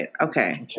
Okay